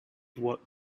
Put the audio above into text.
what